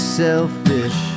selfish